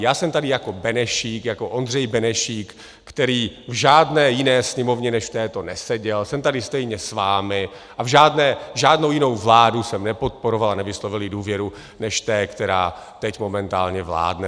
Já jsem tady jako Benešík, jako Ondřej Benešík, který v žádné jiné sněmovně než v této neseděl, a jsem tady stejně s vámi a žádnou jinou vládu jsem nepodporoval a nevyslovil jí důvěru než té, která teď momentálně vládne.